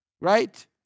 right